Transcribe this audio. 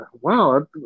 wow